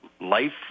life